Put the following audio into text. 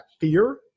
fear